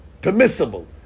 permissible